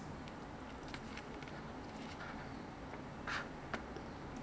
yeah I I feel is cheaper yes I N N I S free F R E E